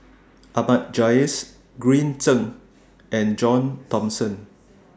Ahmad Jais Green Zeng and John Thomson